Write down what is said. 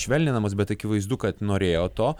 švelninamos bet akivaizdu kad norėjo to